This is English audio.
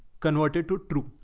convert it to true.